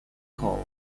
court